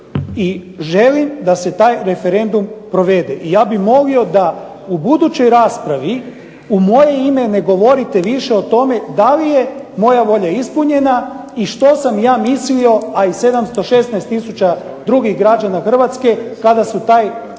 i želim da se taj referendum provede. I ja bih molio da u budućoj raspravi u moje ime ne govorite više o tome da li je moja volja ispunjena i što sam ja mislio a i 716 tisuća drugih građana Hrvatske kada su taj zahtjev